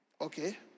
Okay